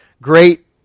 great